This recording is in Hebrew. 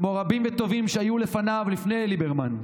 כמו רבים וטובים שהיו לפניו, לפני ליברמן,